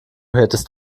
hättest